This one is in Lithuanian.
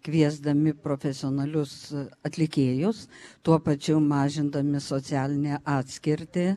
kviesdami profesionalius atlikėjus tuo pačiu mažindami socialinę atskirtį